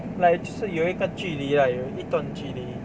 like 就是有一个距离啊有一段距离